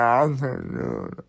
afternoon